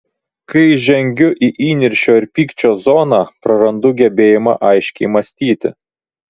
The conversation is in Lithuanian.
kai žengiu į įniršio ir pykčio zoną prarandu gebėjimą aiškiai mąstyti